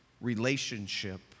relationship